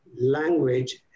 language